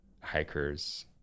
hikers